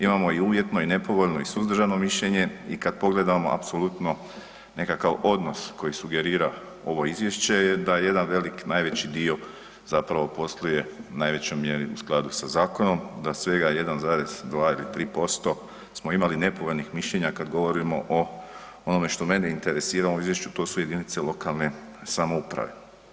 Imamo i uvjetno, i nepovoljno, i suzdržano mišljenje i kad pogledamo apsolutno nekakav odnos koji sugerira ovo Izvješće je da jedan velik, najveći dio zapravo posluje najvećoj mjeri u skladu sa Zakonom, da svega 1,2% ili 1,3% smo imali nepovoljnih mišljenja kad govorimo o onome što mene interesira u ovom Izvješću, to su jedinice lokalne samouprave.